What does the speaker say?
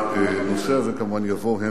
הנושא הזה כמובן יבוא הנה.